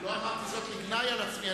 אני לא אמרתי זאת לגנאי על עצמי.